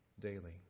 daily